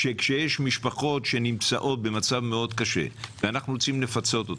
כשיש משפחות שנמצאות במצב קשה מאוד ואנחנו רוצים לפצות אותן,